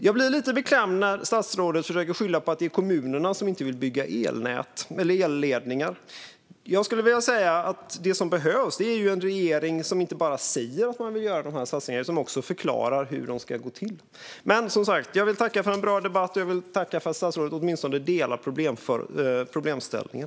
Jag blir lite beklämd när statsrådet försöker skylla på att det är kommunerna som inte vill bygga elledningar. Jag skulle vilja säga att det som behövs är en regering som inte bara säger att man vill göra de här satsningarna utan som också förklarar hur de ska gå till. Jag vill tacka för en bra debatt och för att statsrådet och jag åtminstone delar synen på problemställningen.